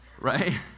right